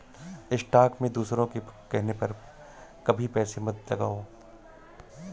stock में दूसरों के कहने पर कभी पैसे मत लगाओ